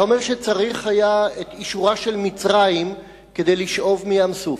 אתה אומר שצריך היה לקבל את אישורה של מצרים כדי לשאוב מים-סוף.